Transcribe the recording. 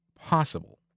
possible